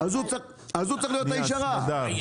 אז הוא צריך להיות האיש הרע.